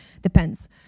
depends